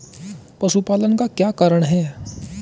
पशुपालन का क्या कारण है?